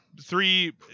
three